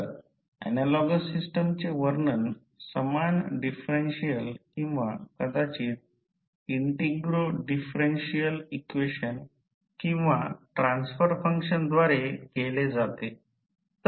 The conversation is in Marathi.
तर ऍनालॉगस सिस्टमचे वर्णन समान डिफरेन्शिअल किंवा कदाचित इंटिग्रो डिफरेन्शिअल इक्वेशन किंवा ट्रान्सफर फंक्शनद्वारे केले जाते